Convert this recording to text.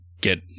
get